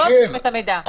את המידע כן,